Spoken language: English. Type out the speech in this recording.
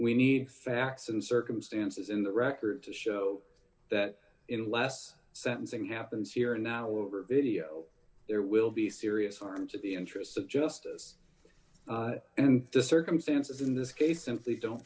we need facts and circumstances in the record to show that in last sentencing happens here and now over video there will d be serious harm to the interests of justice and the circumstances in this case simply don't